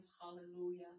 Hallelujah